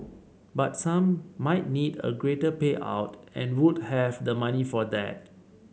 but some might need a greater payout and would have the money for that